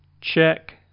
check